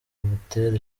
butera